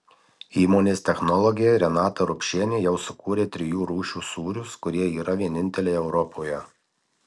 įmonės technologė renata rupšienė jau sukūrė trijų rūšių sūrius kurie yra vieninteliai europoje